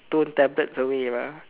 stone tablets away mah